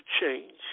change